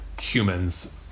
humans